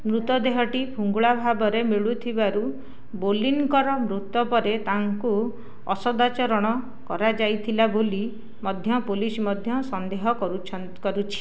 ମୃତଦେହଟି ପୁଙ୍ଗୁଳା ଭାବରେ ମିଳୁଥିବାରୁ ବୋଲିନ୍ଙ୍କ ମୃତ୍ୟୁ ପରେ ତାଙ୍କୁ ଅସଦାଚରଣ କରାଯାଇଥିଲା ବୋଲି ମଧ୍ୟ ପୋଲିସ ମଧ୍ୟ ସନ୍ଦେହ କରୁଛି